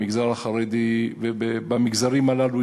במגזר החרדי ובמגזרים הללו,